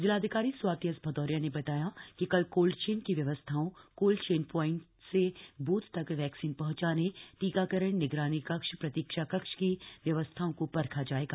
जिलाधिकारी स्वाति एस भदौरिया ने बताया कि कल कोल्डचेन की व्यवस्थाओं कोल्डचेन प्वाइंट से बूथ तक वैक्सीन पहुंचाने टीकाकरण निगरानी कक्ष प्रतीक्षा कक्ष की व्यवस्थाओं को परखा जायेगा